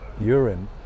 urine